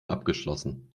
abgeschlossen